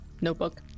notebook